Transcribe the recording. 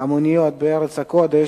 המוניות בארץ הקודש,